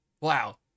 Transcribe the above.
wow